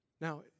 Now